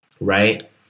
Right